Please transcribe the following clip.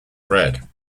bread